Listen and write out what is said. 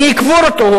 אני אקבור אותו.